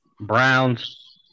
Browns